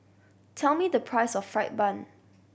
tell me the price of fried bun